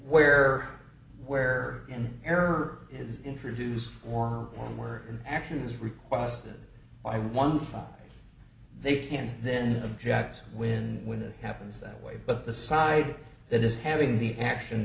where where an error is introduced for one where an action is requested by one side they can then object when when it happens that way but the side that is having the action